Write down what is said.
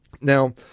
Now